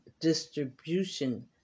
distribution